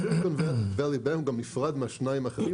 סיליקון ואלי בנק גם נפרד מהשניים האחרים.